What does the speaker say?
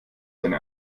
seine